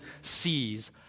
sees